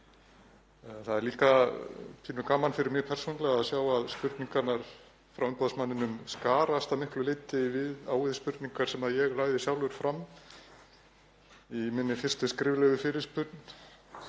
það er líka pínu gaman fyrir mig persónulega að sjá að spurningarnar frá umboðsmanni Alþingis skarast að miklu leyti við spurningar sem ég lagði sjálfur fram í minni fyrstu skriflegu fyrirspurn